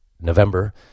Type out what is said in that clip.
November